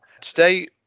Today